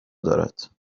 دارد